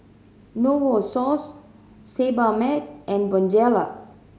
Novosource Sebamed and Bonjela